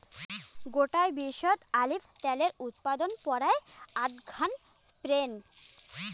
গোটায় বিশ্বত অলিভ ত্যালের উৎপাদন পরায় আধঘান স্পেনত